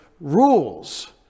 rules